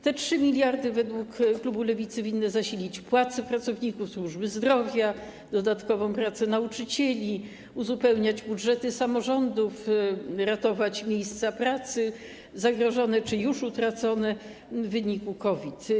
Te 3 mld według klubu Lewicy winny zasilić płace pracowników służby zdrowia, dodatkową pracę nauczycieli, uzupełniać budżety samorządów, ratować miejsca pracy zagrożone czy już utracone w wyniku COVID.